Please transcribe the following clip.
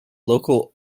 local